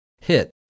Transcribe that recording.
hit